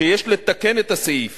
שיש לתקן את הסעיף